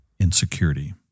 Insecurity